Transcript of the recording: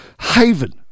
Haven